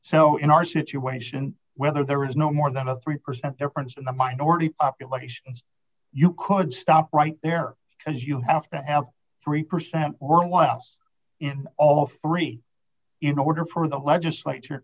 so in our situation whether there is no more than a three percent difference in the minority populations you could stop right there because you have to have three percent or less in all three in order for the legislature